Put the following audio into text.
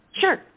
Sure